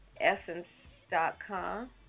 Essence.com